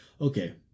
Okay